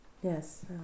Yes